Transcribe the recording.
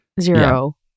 Zero